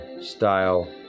Style